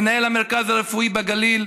מנהל המרכז הרפואי בגליל.